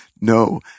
no